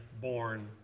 born